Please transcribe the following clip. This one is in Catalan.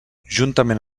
juntament